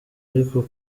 ariko